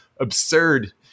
absurd